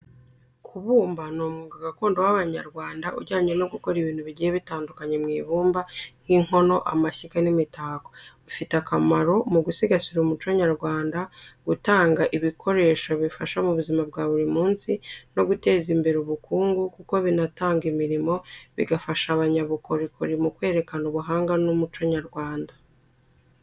Kubumba ni umwuga gakondo w’Abanyarwanda ujyanye no gukora ibintu bigiye bitandukanye mu ibumba, nk’inkono, amashyiga n’imitako. Ufite akamaro mu gusigasira umuco nyarwanda, gutanga ibikoresho bifasha mu buzima bwa buri munsi, no guteza imbere ubukungu kuko binatanga imirimo, bigafasha abanyabukorikori mu kwerekana ubuhanga n’umuco nyarwanda.